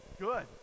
Good